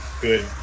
good